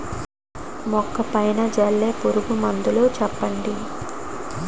మొక్క పైన చల్లే పురుగు మందులు చెప్పండి?